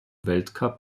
weltcup